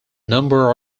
number